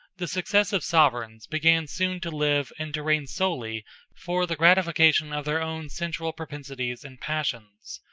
the successive sovereigns began soon to live and to reign solely for the gratification of their own sensual propensities and passions.